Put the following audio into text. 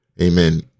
Amen